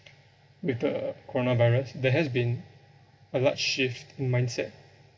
with the coronavirus there has been a large shift in mindset